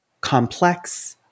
complex